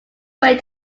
way